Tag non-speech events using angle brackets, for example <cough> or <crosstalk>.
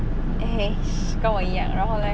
eh <noise> 跟我一样然后 leh